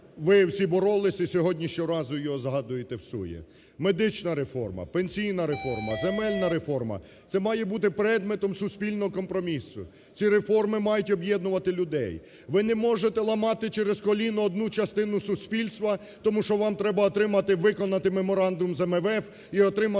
ви всі боролися, і сьогодні щоразу його згадуєте всує. Медична реформа, пенсійна реформа, земельна реформа, – це має бути предметом суспільного компромісу. Ці реформи мають об'єднувати людей. Ви не можете ламати через коліно одну частину суспільства, тому що вам треба отримати, виконати меморандум з МВФ і отримати